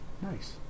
Nice